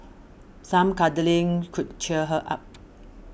some cuddling could cheer her up